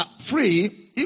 free